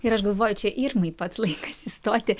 ir aš galvoju čia irmai pats laikas įstoti